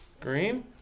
Green